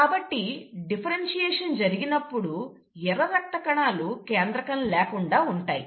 కాబట్టి డిఫరెన్షియేషన్ జరిగినప్పుడు ఎర్ర రక్త కణాలు కేంద్రకం లేకుండా ఉంటాయి